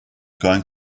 going